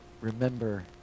remember